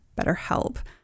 BetterHelp